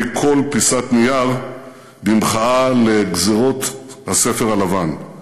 כול פיסת נייר במחאה על גזירות הספר הלבן.